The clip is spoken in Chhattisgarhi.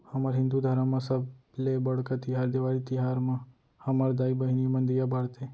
हमर हिंदू धरम म सबले बड़का तिहार देवारी तिहार म हमर दाई बहिनी मन दीया बारथे